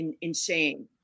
insane